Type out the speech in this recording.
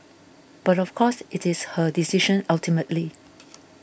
but of course it is her decision ultimately